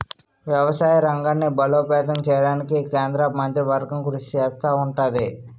వ్యవసాయ రంగాన్ని బలోపేతం చేయడానికి కేంద్ర మంత్రివర్గం కృషి చేస్తా ఉంటది